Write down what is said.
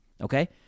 Okay